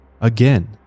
again